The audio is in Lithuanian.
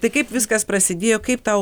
tai kaip viskas prasidėjo kaip tau